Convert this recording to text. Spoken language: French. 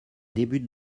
débute